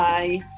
Bye